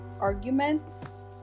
arguments